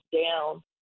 down